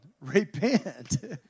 Repent